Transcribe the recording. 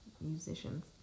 musicians